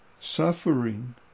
suffering